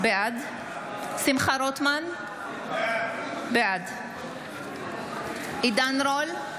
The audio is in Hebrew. בעד שמחה רוטמן, בעד עידן רול,